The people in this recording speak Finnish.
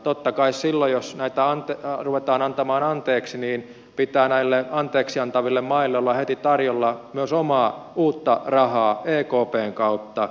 totta kai silloin jos näitä ruvetaan antamaan anteeksi pitää näille anteeksi antaville maille olla heti tarjolla myös omaa uutta rahaa ekpn kautta